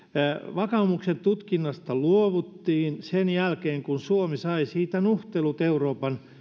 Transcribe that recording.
vakaumuksen tutkinnasta luovuttiin sen jälkeen kun suomi sai siitä nuhtelut euroopan